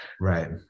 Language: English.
Right